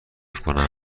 کنم